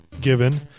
given